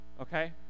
okay